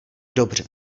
dobře